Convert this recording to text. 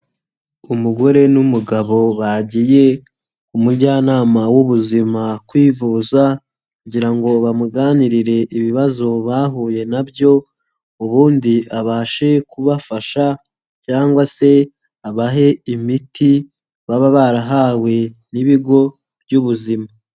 Umugore n'umugabo bagiye ku mujyanama w'ubuzima kwivuza kugira ngo bamuganirire ibibazo bahuye na byo, ubundi abashe kubafasha cyangwa se abahe imiti, baba barahawe n'ibigo by'ubuzima.